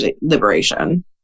liberation